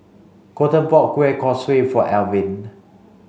Kolten bought Kueh Kosui for Elvin